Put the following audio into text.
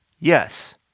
Yes